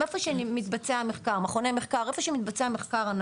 איפה שמתבצעים המחקרים,